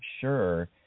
sure